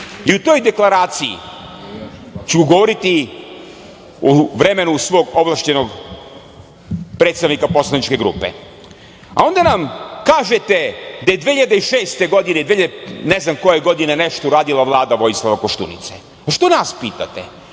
i o toj deklaraciji ću govoriti u vremenu svog ovlašćenog predstavnika poslaničke grupe. Onda nam kažete da je 2006. godine, dve hiljadite i ne znam koje godine, nešto uradila Vlada Vojislava Koštunice. A što nas pitate?